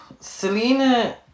selena